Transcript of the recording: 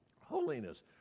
Holiness